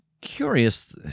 curious